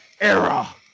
era